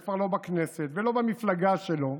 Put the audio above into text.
לא בכנסת ולא במפלגה שלו,